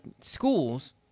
schools